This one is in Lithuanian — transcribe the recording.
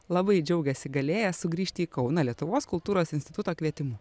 labai džiaugėsi galėjęs sugrįžti į kauną lietuvos kultūros instituto kvietimu